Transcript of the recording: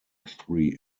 three